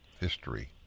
history